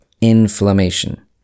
inflammation